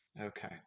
Okay